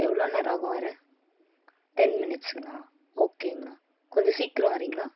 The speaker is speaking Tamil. எவ்வளோ நேரம் ஆகும் வர டென் மினிட்ஸ்ங்களா ஓகேங்கண்ணா கொஞ்சம் சீக்கிரம் வரிங்களா